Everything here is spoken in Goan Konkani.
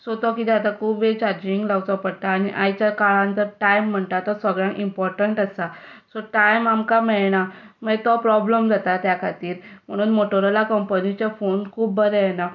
सो तो कितें जाता खूब वेळ चार्जिंगाक लावचो पडटा आनी आयच्या काळांत जो टायम म्हणटा तो सगळ्यांक इम्पोर्टंट आसा सो टायम आमकां मेळना मागीर तो प्रोबल्म जाता त्या खातीर म्हणून मोटोरोला कंपनीचे फोन खूब बरे येना